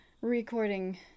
recording